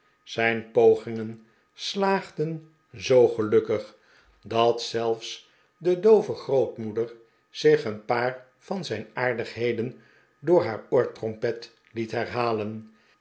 zijn pogingen slaagden zoo gelukkig dat zelfs de doove grootmoeder zich een paar van zijn aardigheden door haar oortrompet liet herhalen